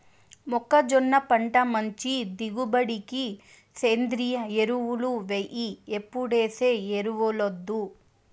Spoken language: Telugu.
మొక్కజొన్న పంట మంచి దిగుబడికి సేంద్రియ ఎరువులు ఎయ్యి ఎప్పుడేసే ఎరువులొద్దు